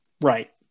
Right